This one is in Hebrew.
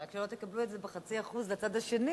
רק שלא תקבלו את זה ב-0.5% לצד השני,